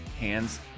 hands